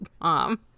mom